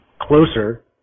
closer